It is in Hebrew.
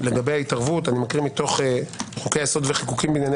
לגבי ההתערבות אני מקריא מתוך חוקי היסוד וחיקוקים בענייני